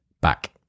back